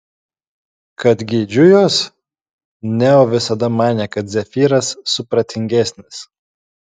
kad geidžiu jos neo visada manė kad zefyras supratingesnis